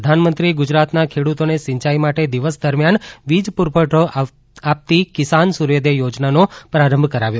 પ્રધાનમંત્રીએ ગુજરાતના ખેડુતોને સિંચાઇ માટે દિવસ દરમિયાન વિજ પુરવઠો આપતી કિસાન સૂર્યોદય યોજનાનો શુભારંભ કરાવ્યો